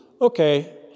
okay